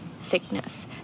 sickness